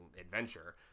adventure